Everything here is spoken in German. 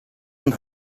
und